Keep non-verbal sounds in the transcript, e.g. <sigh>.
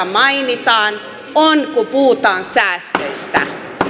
<unintelligible> mainitaan on kun puhutaan säästöistä